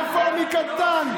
רפורמי קטן.